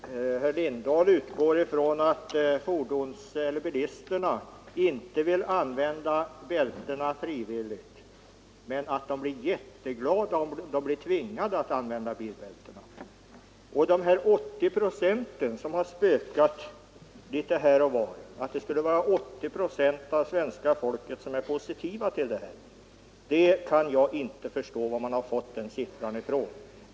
Herr talman! Herr Lindahl utgår ifrån att bilisterna inte använder bältet frivilligt men att de blir jätteglada om de blir tvingade att använda det. Jag kan inte förstå varifrån man fått siffran 80 procent, som spökat litet här och var — det har sagts att 80 procent av svenska folket skulle vara positiva till en lagstiftning på detta område.